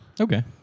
Okay